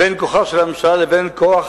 בין כוחה של הממשלה לבין כוח